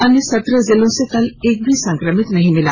अन्य सत्रह जिलों में कल एक भी संक्रमित नहीं मिला